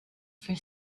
for